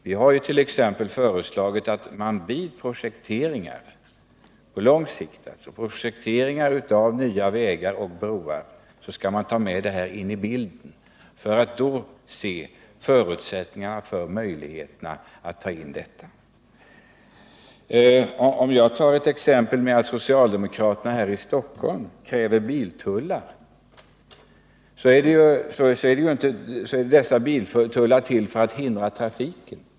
Vi har föreslagit att man vid projekteringar— på lång sikt — av nya vägar och broar skall ta in dessa möjligheter i bilden för att redan då kunna se vilka förutsättningar som finns för ett genomförande av detta förslag. Jag kan som exempel ta att socialdemokraterna här i Stockholm kräver införande av biltullar. Dessa biltullar är ju till för att hindra trafiken.